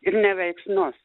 ir neveiksnus